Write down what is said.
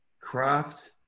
craft